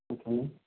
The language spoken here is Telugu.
okay ma'am